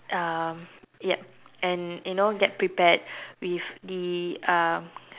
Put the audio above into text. um yup and you know get prepared with the uh